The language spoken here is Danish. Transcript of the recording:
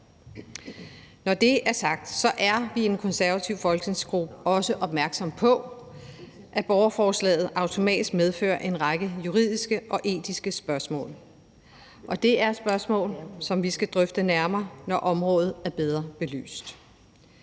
Når det er sagt, er vi i den konservative folketingsgruppe også opmærksomme på, at borgerforslaget automatisk medfører en række juridiske og etiske spørgsmål, og det er spørgsmål, som vi skal drøfte nærmere, når området er blevet bedre belyst.